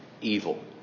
evil